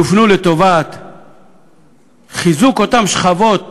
יופנו לחיזוק אותן שכבות